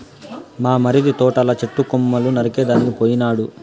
మా మరిది తోటల చెట్టు కొమ్మలు నరికేదానికి పోయినాడు